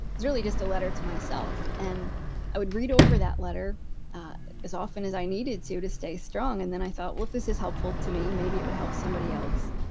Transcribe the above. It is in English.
was really just a letter to myself and i would read over that letter as often as i needed to to stay strong. and then i thought well, if this is helpful to me, maybe it would help somebody else.